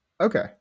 Okay